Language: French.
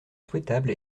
souhaitable